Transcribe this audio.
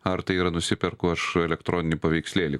ar tai yra nusiperku aš elektroninį paveikslėlį